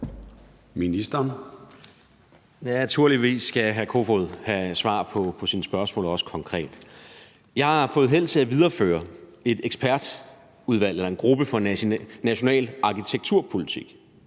Jeg har haft held til at videreføre et ekspertudvalg eller en gruppe for national arkitekturpolitik